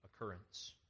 occurrence